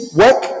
work